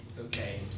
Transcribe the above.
okay